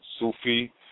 Sufi